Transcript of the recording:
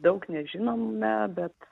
daug nežinome bet